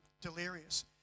Delirious